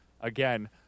Again